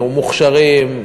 מוכשרים,